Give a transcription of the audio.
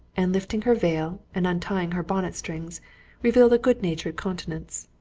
and lifting her veil and untying her bonnet-strings, revealed a good-natured countenance.